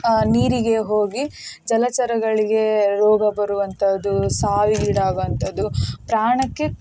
ನೀರಿಗೆ ಹೋಗಿ ಜಲಚರಗಳಿಗೆ ರೋಗ ಬರುವಂತಹದ್ದು ಸಾವಿಗೀಡಾಗುವಂಥದ್ದು ಪ್ರಾಣಕ್ಕೆ